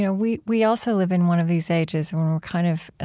ah we we also live in one of these ages where we're kind of